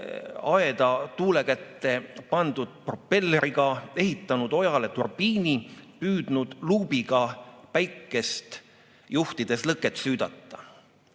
aeda tuule kätte pandud propelleriga, ehitanud ojale turbiini, püüdnud luubiga päikest juhtides lõket süüdata.